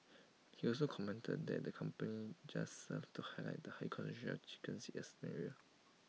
he also commented that the complain just served to highlight the high concentration of chickens in A certain area